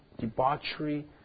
debauchery